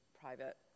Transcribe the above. private